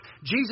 Jesus